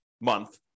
month